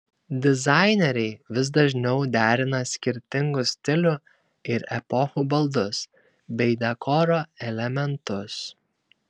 dizaineriai vis dažniau derina skirtingų stilių ir epochų baldus bei dekoro elementus